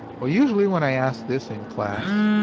well, usually when i ask this in class,